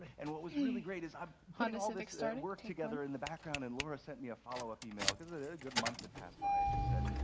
and what was really great is, i'm putting all this work together in the background, and laura sent me a follow-up email because and a good month had passed by. and she said,